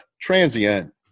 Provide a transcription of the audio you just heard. transient